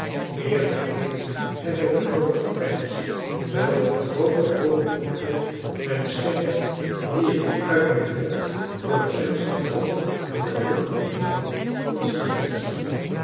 meer dan eens heb ik daarover gepeinsd terwijl ik met groote oogen opkeek naar de sterren die ik uit mijn bed door het venster hoog aan den donkeren hemel kon zien glinsteren